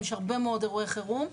יש הרבה מאוד אירועי חירום.